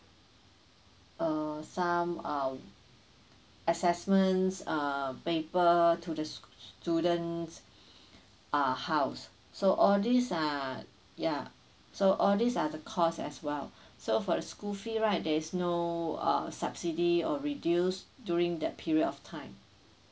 uh some um assessments uh paper to the student's uh house so all these are ya so all these are the cost as well so for the school fee right there is no uh subsidy or reduce during that period of time